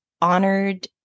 honored